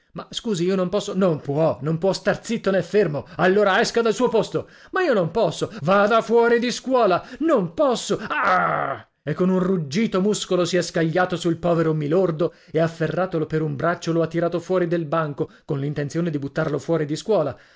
ma scusi io non posso non può non può star zitto né fermo allora esca dal suo posto ma io non posso vada fuori di scuola non posso e con un ruggito muscolo si è scagliato sul povero mi lordo e afferratolo per un braccio lo ha tirato fuori del banco con l'intenzione di buttarlo fuori di scuola